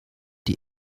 die